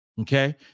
okay